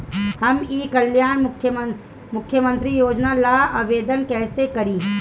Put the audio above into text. हम ई कल्याण मुख्य्मंत्री योजना ला आवेदन कईसे करी?